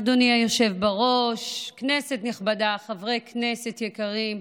אדוני היושב-ראש, כנסת נכבדה, חברי כנסת יקרים,